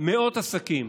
מאות עסקים